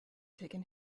taken